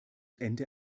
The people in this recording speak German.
ende